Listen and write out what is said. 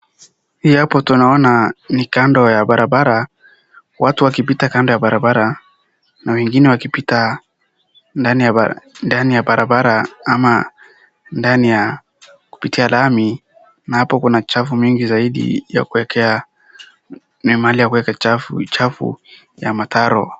Hii hapa tunaona ni kando ya barabara. Watu wakipita kando ya barabara na wengine wakipita ndani ya barabara ama ndani ya kupitia lami na hapo kuna uchafu mingi zaidi, ni mahali ya kueka uchafu. Uchafu ya mtaro.